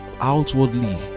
outwardly